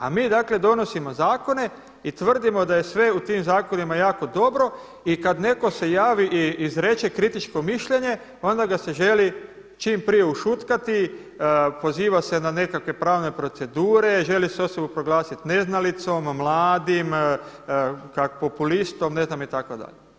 A mi dakle donosimo zakone i tvrdimo da je sve u tim zakonima jako dobro i kad netko se javi i izreče kritičko mišljenje onda ga se želi čim prije ušutkati, poziva se na nekakve pravne procedure, želi se osobu proglasiti neznalicom, mladim, kako populistom, ne znam itd.